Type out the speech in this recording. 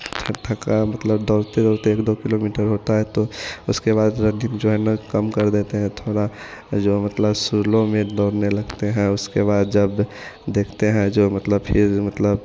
ठक थका मतलब दौड़ते दौड़ते एक दो किलोमीटर होता है तो उसके बाद कम कर देते हैं थोड़ा जो मतलब सुलो में दौड़ने लगते हैं उसके बाद जब देखते हैं जो मतलब फ़िर मतलब